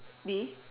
me